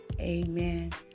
Amen